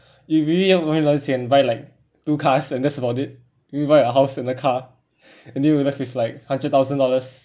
it really buy like two cars and that's about it we buy a house and the car and then we left with like hundred thousand dollars